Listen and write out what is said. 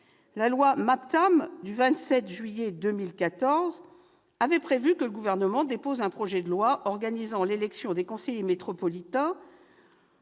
La loi MAPTAM du 27 janvier 2014 prévoyait que le Gouvernement dépose un projet de loi organisant l'élection des conseillers métropolitains